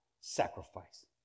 sacrifice